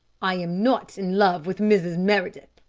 i am not in love with mrs. meredith,